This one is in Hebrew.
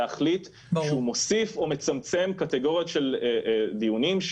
להחליט שהוא מוסיף או מצמצם קטגוריות של דיונים,